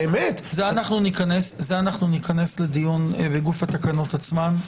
לזה ניכנס לדיון בגוף התקנות עצמן.